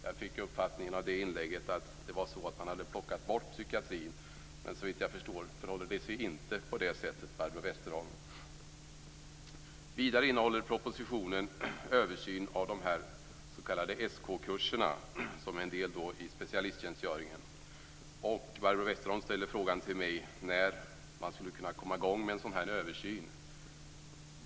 Jag fick av inlägget uppfattningen att man har plockat bort psykiatrin, men såvitt jag förstår förhåller det sig inte på det sättet, Barbro Westerholm. Vidare innehåller propositionen förslag om en översyn av de s.k. SK-kurserna, som är en del i specialisttjänstgöringen. Chatrine Pålsson frågade mig när man kan komma i gång med en sådan översyn.